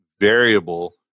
variable